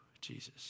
Jesus